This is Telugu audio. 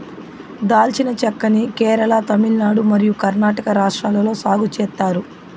దాల్చిన చెక్క ని కేరళ, తమిళనాడు మరియు కర్ణాటక రాష్ట్రాలలో సాగు చేత్తారు